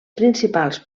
principals